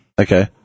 Okay